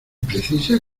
precisa